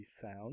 sound